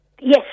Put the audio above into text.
Yes